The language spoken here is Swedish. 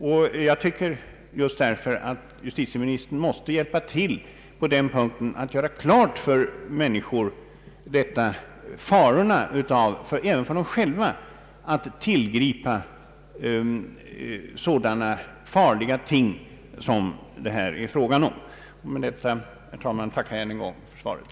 Just därför tycker jag att justitieministern måste hälpa till på den punkten och klargöra för dessa människor riskerna även för dem själva av att tillgripa sådana farliga kastvapen som det här är fråga om. Med detta, herr talman, tackar jag än en gång för svaret.